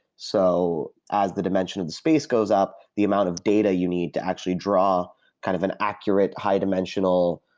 so as the dimension of the space goes up, the amount of data you need to actually draw kind of an accurate high dimensional,